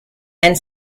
and